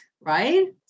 right